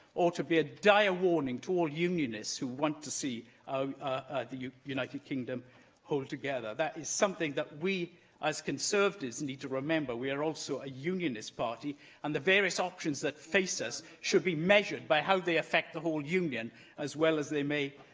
ought to be a dire warning to all unionists who want to see um ah the united kingdom hold together. that is something that we as conservatives conservatives need to remember we are also a unionist party and the various options that face us should be measured by how they affect the whole union as well as how they may